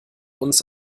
uns